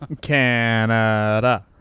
Canada